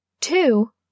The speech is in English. Two